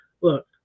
Look